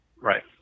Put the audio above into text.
Right